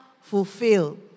fulfill